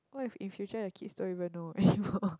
what if in future the kids don't even know anymore